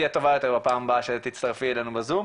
תהיה טובה יותר בפעם הבאה שתצטרפי אלינו בזום.